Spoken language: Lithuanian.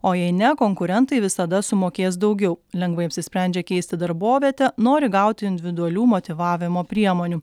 o jei ne konkurentai visada sumokės daugiau lengvai apsisprendžia keisti darbovietę nori gauti individualių motyvavimo priemonių